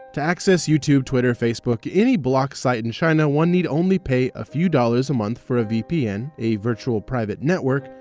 to access youtube, twitter, facebook any blocked site in china, one need only pay a few dollars a month for a vpn, a virtual private network,